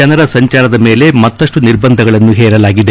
ಜನರ ಸಂಚಾರದ ಮೇಲೆ ಮತ್ತಷ್ಟು ನಿರ್ಬಂಧಗಳನ್ನು ಹೇರಲಾಗಿದೆ